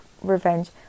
revenge